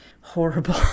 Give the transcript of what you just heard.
horrible